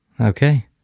Okay